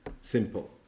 simple